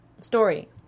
story